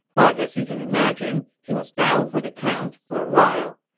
but as you can imagine, he was down for the count for a while.